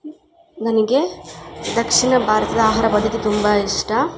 ನನಗೆ ದಕ್ಷಿಣ ಭಾರತದ ಆಹಾರ ಪದ್ಧತಿ ತುಂಬ ಇಷ್ಟ